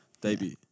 debut